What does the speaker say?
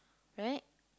right